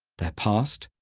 their past,